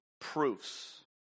proofs